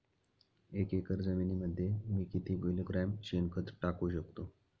एक एकर जमिनीमध्ये मी किती किलोग्रॅम शेणखत टाकू शकतो?